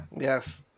Yes